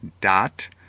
dot